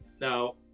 now